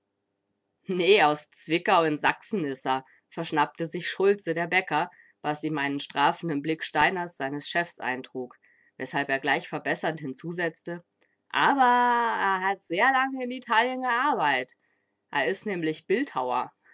nee aus zwickau in sachsen is a verschnappte sich schulze der bäcker was ihm einen strafenden blick steiners seines chefs eintrug weshalb er gleich verbessernd hinzusetzte aber a hat sehr lange in italien gearbeit a is nämlich bildhauer